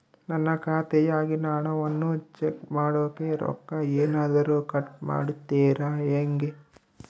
ನನ್ನ ಖಾತೆಯಾಗಿನ ಹಣವನ್ನು ಚೆಕ್ ಮಾಡೋಕೆ ರೊಕ್ಕ ಏನಾದರೂ ಕಟ್ ಮಾಡುತ್ತೇರಾ ಹೆಂಗೆ?